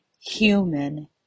human